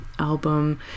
album